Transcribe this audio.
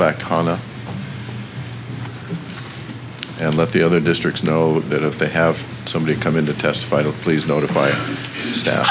back ana and let the other districts know that if they have somebody come in to testify to please notify